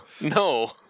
no